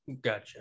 gotcha